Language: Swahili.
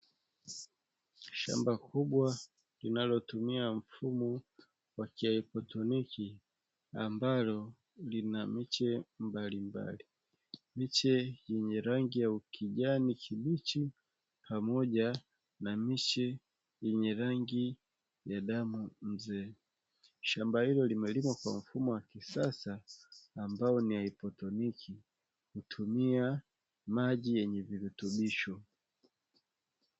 Shamba kubwa linalotumia mfumo wa kihaidroponi, ambalo lina miche mbalimbali, miche yenye rangi ya ukijani kibichi pamoja na miche yenye rangi ya damu mzee. Shamba hilo limelimwa kwa mfumo wa kisasa, ambao ni haidroponi, hutumia maji yenye virutubisho.